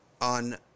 on